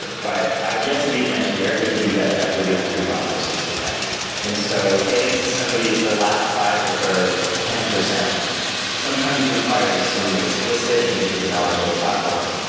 but i've yet to meet an engineer who can do that effectively on three platforms at the same time and so getting to some of these last five percent or ten percent sometimes requires some explicit and intricate knowledge of a platform,